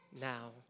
now